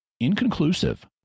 inconclusive